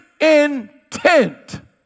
intent